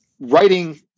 writing